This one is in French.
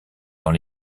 dans